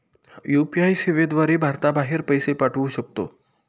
UPI सेवेद्वारे भारताबाहेर पैसे पाठवू शकतो